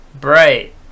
Bright